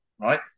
right